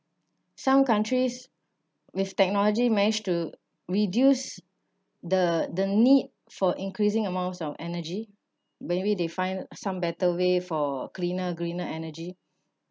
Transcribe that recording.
some countries with technology manage to reduce the the need for increasing amounts of energy maybe they find some better way for cleaner greener energy